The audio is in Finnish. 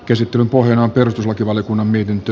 käsittelyn pohjana on perustuslakivaliokunnan mietintö